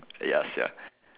eh ya sia